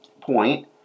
point